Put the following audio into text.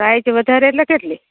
price વધારે એટલે કેટલી